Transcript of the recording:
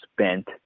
spent